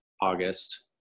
August